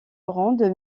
ronde